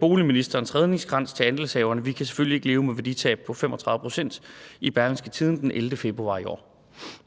»Boligministerens redningskrans til andelshaverne: Vi kan selvfølgelig ikke leve med værditab på 35 pct.«, i Berlingske den 11. februar 2020.